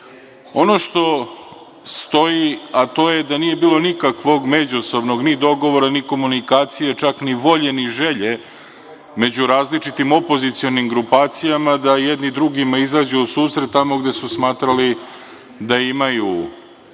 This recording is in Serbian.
što stoji, a to je da nije bilo nikakvog međusobnog ni dogovora ni komunikacije, čak ni volje ni želje među različitim opozicionim grupacijama da jedni drugima izađu u susret tamo gde su smatrali da imaju možda